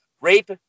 rape